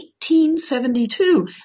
1872